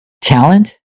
talent